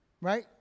right